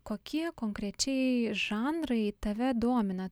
kokie konkrečiai žanrai tave domina